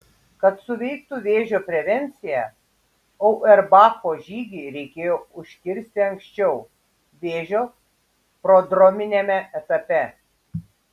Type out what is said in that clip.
kad suveiktų vėžio prevencija auerbacho žygį reikėjo užkirsti anksčiau vėžio prodrominiame etape